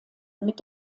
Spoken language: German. mit